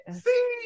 See